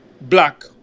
black